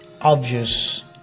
obvious